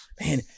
man